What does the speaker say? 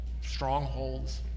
strongholds